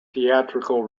theatrical